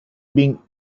being